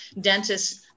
dentists